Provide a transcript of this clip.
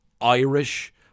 Irish